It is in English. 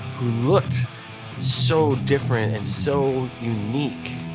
who looked so different and so unique.